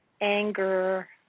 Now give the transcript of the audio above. anger